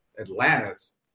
Atlantis